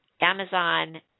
Amazon